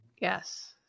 yes